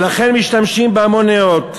לכן משתמשים בהמון נרות.